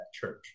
church